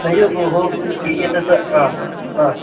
नैव भोः एतत्